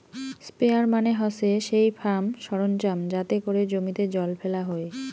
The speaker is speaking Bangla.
স্প্রেয়ার মানে হসে সেই ফার্ম সরঞ্জাম যাতে করে জমিতে জল ফেলা হই